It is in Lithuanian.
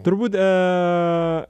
turbūt a